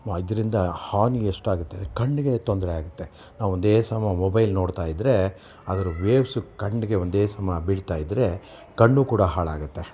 ಇದರಿಂದ ಹಾನಿ ಎಷ್ಟಾಗುತ್ತೆ ಕಣ್ಣಿಗೆ ತೊಂದರೆ ಆಗುತ್ತೆ ನಾವೊಂದೇ ಸಮ ಮೊಬೈಲ್ ನೋಡ್ತಾ ಇದ್ದರೆ ಅದರ ವೇವ್ಸ್ ಕಣ್ಣಿಗೆ ಒಂದೇ ಸಮ ಬೀಳ್ತಾ ಇದ್ದರೆ ಕಣ್ಣು ಕೂಡ ಹಾಳಾಗತ್ತೆ